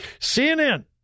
CNN